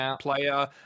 player